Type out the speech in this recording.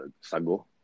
sago